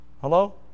Hello